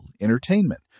entertainment